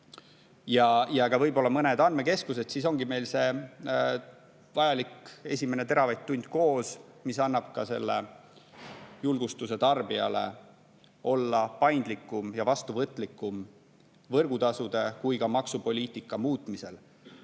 ja ka võib-olla mõned andmekeskused, siis ongi meil see vajalik esimene teravatt‑tund koos, mis julgustab ka tarbijat olema paindlikum ja vastuvõtlikum nii võrgutasude kui ka maksupoliitika muutmisel. Mis